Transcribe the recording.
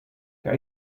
der